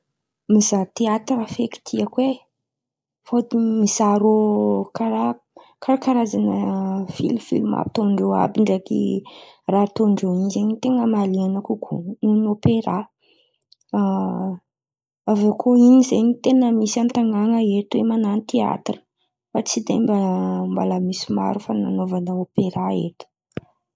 Mizaha teatira feky tiako ai. Fôtony mizaha rô kara- karakarazan̈a filifilima ataon-drô àby ndraiky raha ataon-drô in̈y zen̈y, ten̈a mahalian̈a kokoa hono ny ôperà. Aviô koa in̈y zen̈y ten̈a misy an-tan̈àna eto oe man̈ano teatira. Fa tsy de mba mbola misy fan̈aova ôperà eto.